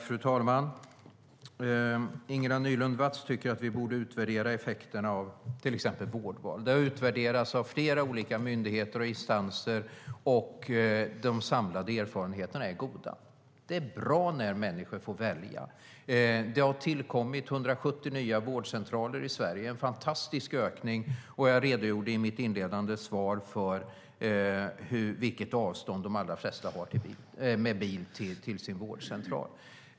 Fru talman! Ingela Nylund Watz tycker att vi borde utvärdera effekterna av till exempel vårdval. Det har utvärderats av flera olika myndigheter och instanser. De samlade erfarenheterna är goda. Det är bra när människor får välja. Det har tillkommit 170 nya vårdcentraler i Sverige. Det är en fantastisk ökning, och jag redogjorde i mitt inledande svar för vilket avstånd de allra flesta har med bil till sin vårdcentral.